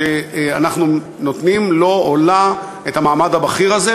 אנחנו נותנים לו או לה את המעמד הבכיר הזה,